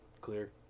clear